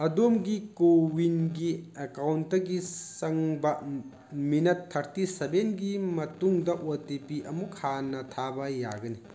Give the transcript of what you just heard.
ꯑꯗꯣꯝꯒꯤ ꯀꯣꯋꯤꯟꯒꯤ ꯑꯦꯛꯀꯥꯎꯟꯇꯒꯤ ꯆꯪꯕ ꯃꯤꯅꯠ ꯊꯥꯔꯇꯤ ꯁꯚꯦꯟ ꯒꯤ ꯃꯇꯨꯡꯗ ꯑꯣ ꯇꯤ ꯄꯤ ꯑꯃꯨꯛ ꯍꯟꯅ ꯊꯥꯕ ꯌꯥꯒꯅꯤ